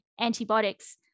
antibiotics